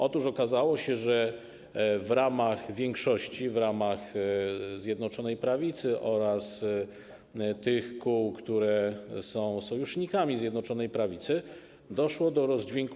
Otóż okazało się, że w ramach większości, w ramach Zjednoczonej Prawicy oraz tych kół, które są sojusznikami Zjednoczonej Prawicy, doszło do rozdźwięku.